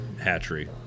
hatchery